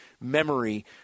memory